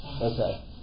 Okay